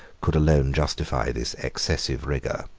could alone justify this excessive rigor.